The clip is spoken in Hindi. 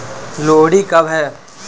लोहड़ी कब है?